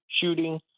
shooting